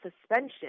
suspension